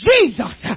Jesus